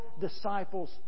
disciples